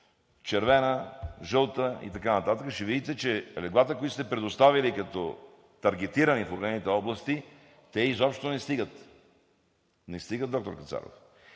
червена, жълта и така нататък, ще видите, че леглата, които сте предоставили, като таргетирани в определените области, те изобщо не стигат. Не стигат, доктор Кацаров.